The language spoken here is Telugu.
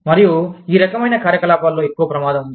మరియు ఈ రకమైన కార్యకలాపాలలో ఎక్కువ ప్రమాదం ఉంది